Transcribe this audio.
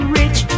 rich